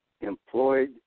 employed